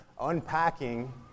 unpacking